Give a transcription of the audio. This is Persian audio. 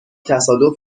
تصادف